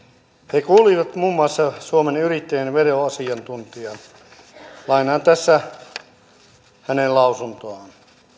he kuulivat muun muassa suomen yrittäjien veroasiantuntijaa lainaan tässä hänen lausuntoaan